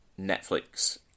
Netflix